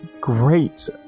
great